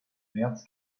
märz